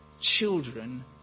children